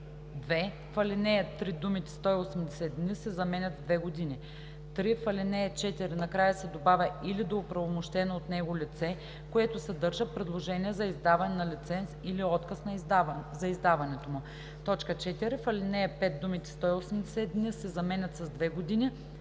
2. В ал. 3 думите „180 дни“ се заменят с „две години“. 3. В ал. 4 накрая се добавя „или до оправомощено от него лице, което съдържа предложение за издаване на лиценз или отказ за издаването му“. 4. В ал. 5 думите „180 дни“ се заменят с „две години“